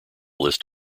list